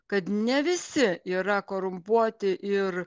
kad ne visi yra korumpuoti ir